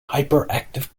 hyperactive